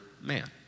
man